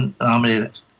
nominated